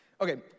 Okay